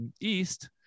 east